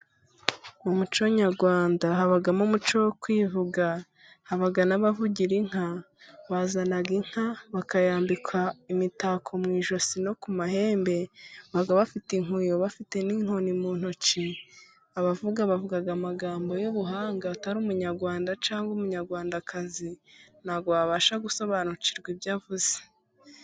Mu muco nyarwanda habamo umuco wo kwivuga haba n'abavugira inka. Bazana inka bakayambika imitako mu ijosi no ku mahembe, baba bafite inkuyo bafite n'inkoni mu ntoki. Abavuga bavuga amagambo y'ubuhanga, utari Umunyarwanda cyangwa Umunyarwandakazi ntabwo wabasha gusobanukirwa ibyo avuze.